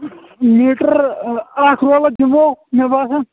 metre اَکھ رولا دِمو مےٚ باسان